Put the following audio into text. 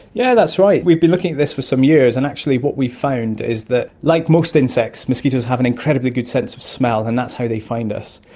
yeah that's right, we've been looking at this for some years and actually what we found is, like most insects, mosquitoes have an incredibly good sense of smell and that's how they find us.